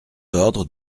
ordres